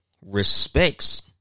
respects